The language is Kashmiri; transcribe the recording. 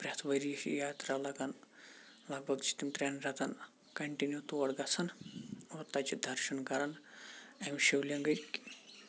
پرتھ ؤریہِ ثھِ یہِ یاترا لَگان لَگ بَگ چھِ تِم ترٛین رٮ۪تَن کَنٹِنیوٗ تور گَژھان تَتہِ چھِ دَرشَن کَران امہِ شِو لِنگِک